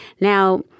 Now